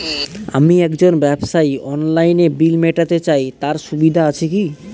আমি একজন ব্যবসায়ী অনলাইনে বিল মিটাতে চাই তার সুবিধা আছে কি?